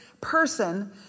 person